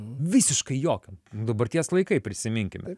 visiškai jokio dabarties laikai prisiminkime